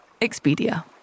Expedia